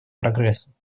прогрессом